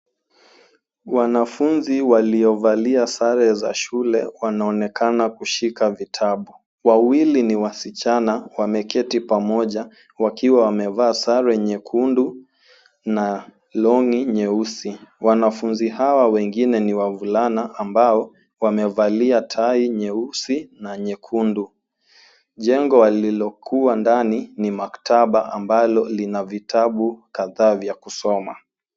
Wanafunzi waliovalia sare za shule wanaonekana kushika vitabu. Wawili ni wasichana wameketi pamoja, wakiwa wamevaa sare nyekundu na long'i nyeusi. Wanafunzi hawa wengine ni wavulana ambao wamevalia tai nyeusi na nyekundu. Jengo walilokuwa ndani ni maktaba ambalo lina vitabu kadhaa vya kusoma.